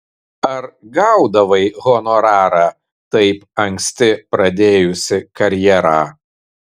ar gaudavai honorarą taip anksti pradėjusi karjerą